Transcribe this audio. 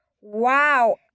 Wow